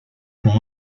con